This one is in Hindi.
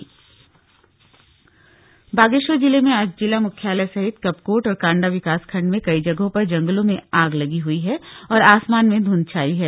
जंगल की आग बागेश्वर जिले में आज जिला मुख्यालय सहित कपकोट और कांडा विकासखण्ड में कई जगहों पर जंगलों में आग लगी हुई है और आसमान में धुंध छायी है